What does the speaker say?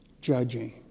judging